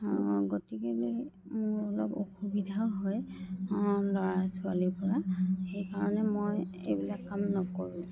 গতিকেলৈ মোৰ অলপ অসুবিধাও হয় ল'ৰা ছোৱালীৰ পৰা সেইকাৰণে মই এইবিলাক কাম নকৰোঁ